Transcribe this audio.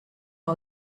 oma